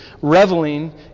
reveling